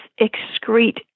excrete